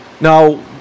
Now